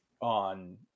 on